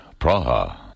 Praha